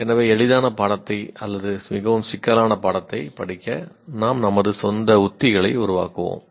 எனவே எளிதான பாடத்தை அல்லது மிகவும் சிக்கலான பாடத்தை படிக்க நாம் நமது சொந்த உத்திகளை உருவாக்குவோம்